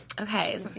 Okay